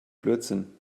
blödsinn